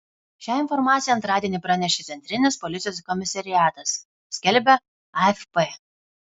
šią informaciją antradienį pranešė centrinis policijos komisariatas skelbia afp